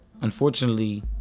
Unfortunately